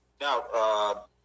Now